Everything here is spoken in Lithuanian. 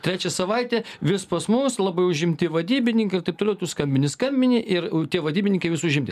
trečia savaitė vis pas mus labai užimti vadybininkai ir taip toliau tu skambini skambini ir tie vadybininkai vis užimti